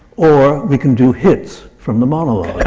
or we can do hits from the monologue